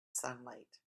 sunlight